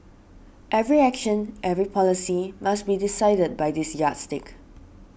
every action every policy must be decided by this yardstick